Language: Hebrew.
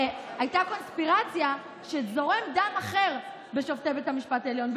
הייתה קונספירציה שזורם דם אחר בשופטי בית המשפט העליון,